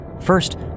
First